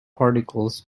particles